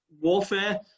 warfare